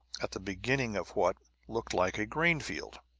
at the beginning of what looked like a grain field.